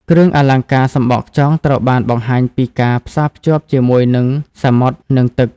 គ្រឿងអលង្ការសំបកខ្យងត្រូវបានបង្ហាញពិការផ្សារភ្ជាប់ជាមួយនឹងសមុទ្រ និងទឹក។